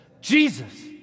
Jesus